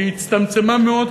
כי היא הצטמצמה מאוד,